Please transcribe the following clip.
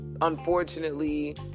unfortunately